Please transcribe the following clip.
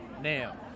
Now